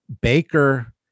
Baker